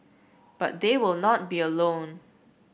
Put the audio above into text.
but they will not be alone